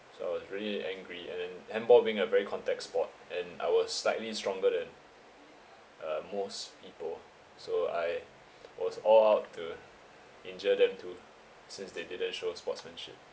so I was very angry and then handball being a very contact sport and I was slightly stronger than uh most people so I was all out to injure them too since they didn't show sportsmanship